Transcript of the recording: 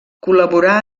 col·laborà